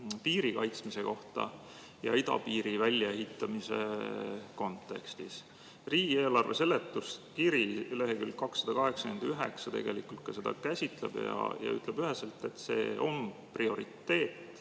piiri kaitsmise kohta, idapiiri väljaehitamise kontekstis. Riigieelarve seletuskiri leheküljel 289 tegelikult ka seda käsitleb ja ütleb üheselt, et see on prioriteet